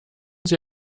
sie